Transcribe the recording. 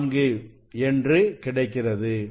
4 என்று கிடைக்கிறது